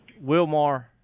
Wilmar